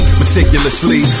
meticulously